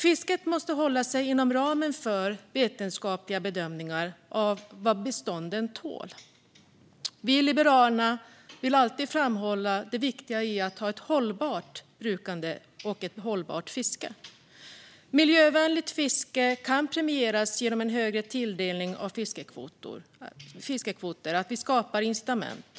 Fisket måste hålla sig inom ramen för vetenskapliga bedömningar av vad bestånden tål. Vi i Liberalerna vill alltid framhålla vikten av ett hållbart brukande och ett hållbart fiske. Miljövänligt fiske kan premieras genom en högre tilldelning av fiskekvoter så att vi skapar incitament.